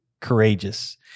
courageous